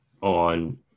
on